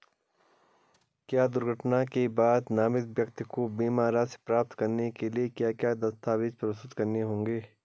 क्या दुर्घटना के बाद नामित व्यक्ति को बीमा राशि प्राप्त करने के लिए क्या क्या दस्तावेज़ प्रस्तुत करने होंगे?